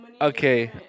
Okay